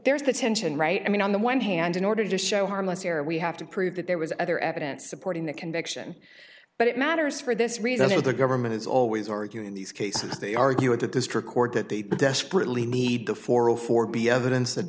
there's that tension right i mean on the one hand in order to show harmless error we have to prove that there was other evidence supporting the conviction but it matters for this reason that the government is always arguing in these cases they argue with the district court that they desperately need before zero four be evidence that